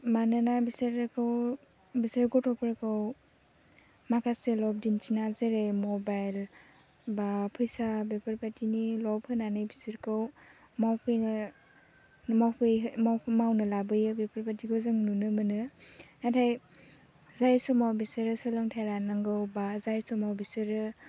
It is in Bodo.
मानोना बिसोरखौ बिसोर गथ'फोरखौ माखासे लब दिन्थिना जेरै मबाइल बा फैसा बेफोरबायदिनि लब होनानै बिसोरखौ मावफैनो मावनो लाबोयो बेफोरबादिखौ जों नुनो मोनो नाथाय जाय समाव बिसोरो सोलोंथाय लानांगौ बा जाय समाव बिसोरो